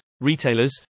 retailers